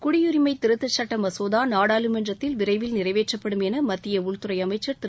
குடியுரிமை திருத்தச்சட்ட மசோதா நாடாளுமன்றத்தில் விரைவில் நிறைவேற்றப்படும் என மத்திய உள்துறை அமைச்சர் திரு